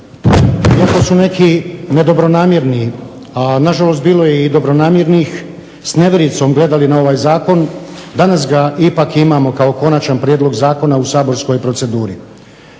iako su neki nedobronamjerni, a na žalost bilo je i dobronamjernih s nevjericom gledali na ovaj Zakon danas ga ipak imamo kao konačan prijedlog zakona u saborskoj proceduri.